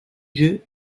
jeu